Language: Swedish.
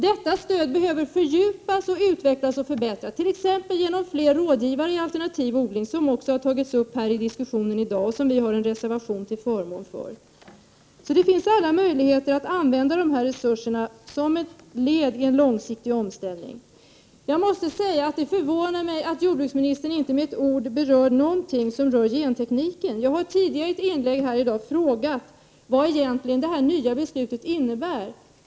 Detta stöd behöver fördjupas, utvecklas och förbättras, t.ex. genom fler rådgivare i alternativ odling, något som också har — Prot. 1988/89:127 tagits upp häri diskussionen och som vi har en reservation till förmån för. Det 2 juni 1989 finns alla möjligheter att använda dessa resurser som ett led i en långsiktig omställning. Det förvånar mig att jordbruksministern inte med ett ord berör gentekniken. Jag har tidigare i ett inlägg här i dag frågat vad detta nya beslut egentligen innebär.